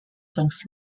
songs